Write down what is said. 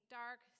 dark